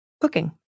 cooking